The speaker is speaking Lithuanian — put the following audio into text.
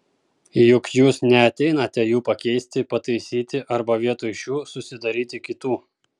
juk jūs neateinate jų pakeisti pataisyti arba vietoj šių susidaryti kitų